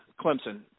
Clemson